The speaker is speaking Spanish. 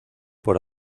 por